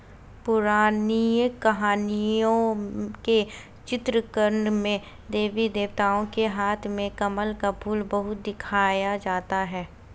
पौराणिक कहानियों के चित्रांकन में देवी देवताओं के हाथ में कमल का फूल बहुधा दिखाया जाता है